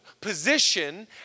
position